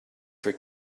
for